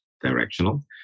directional